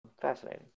Fascinating